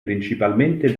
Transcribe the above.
principalmente